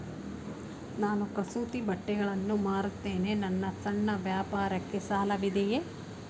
ನಾನು ಕಸೂತಿ ಬಟ್ಟೆಗಳನ್ನು ಮಾರುತ್ತೇನೆ ನನ್ನ ಸಣ್ಣ ವ್ಯಾಪಾರಕ್ಕೆ ಸಾಲವಿದೆಯೇ?